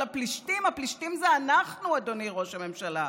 אבל הפלשתים זה אנחנו, אדוני ראש הממשלה,